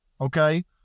okay